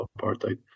apartheid